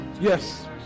Yes